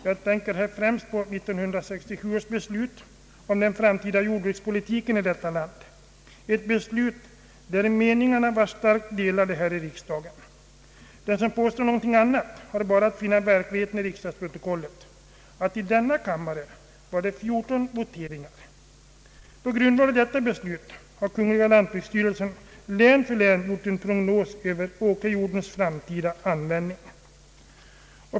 Jag tänker främst på 1967 års beslut om den framtida jordbrukspolitiken i detta land — ett beslut varom meningarna var delade här i riksdagen. Den som påstår något annat har bara att finna verkligheten i riksdagsprotokollet, nämligen att det i denna kammare gjordes 14 voteringar. På grundval av detta beslut har kungl. lantbruksstyrelsen län för län gjort en prognos över åkerjordens framtida användning.